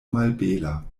malbela